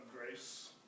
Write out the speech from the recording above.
grace